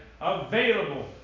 available